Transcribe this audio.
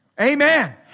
Amen